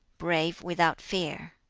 brave without fear.